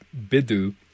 Bidu